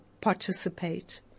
participate